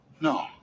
No